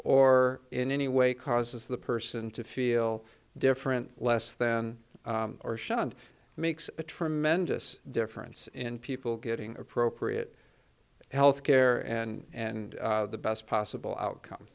or in any way causes the person to feel different less than or shunned makes a tremendous difference in people getting appropriate health care and the best possible outcome